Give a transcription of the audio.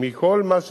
מכל מה שנקבע,